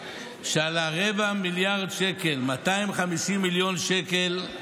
הודעה שעל רבע מיליארד שקל, 250 מיליון שקל,